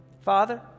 Father